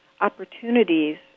opportunities